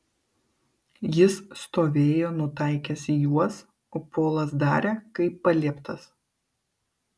jis stovėjo nutaikęs į juos o polas darė kaip palieptas